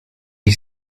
ich